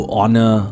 honor